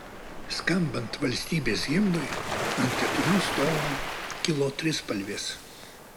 skambant valstybės himnui ant keturių stovų kilo trispalvės